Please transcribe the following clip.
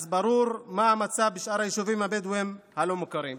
אז ברור מה המצב ביישובים הבדואיים הלא-מוכרים.